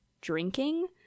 drinking